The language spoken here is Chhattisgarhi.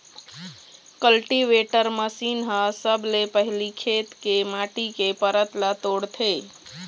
कल्टीवेटर मसीन ह सबले पहिली खेत के माटी के परत ल तोड़थे